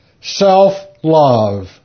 Self-Love